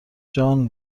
جان